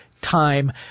time